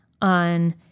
on